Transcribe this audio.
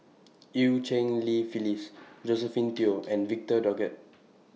EU Cheng Li Phyllis Josephine Teo and Victor Doggett